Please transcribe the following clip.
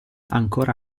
ancora